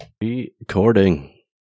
Recording